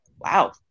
wow